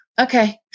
okay